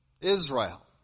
Israel